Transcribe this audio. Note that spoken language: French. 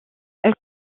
elle